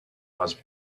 was